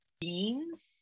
beans